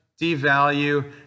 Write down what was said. devalue